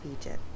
Egypt